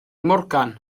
morgan